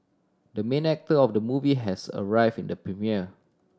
the main actor of the movie has arrive in the premiere